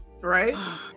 Right